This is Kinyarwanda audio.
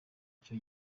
icyo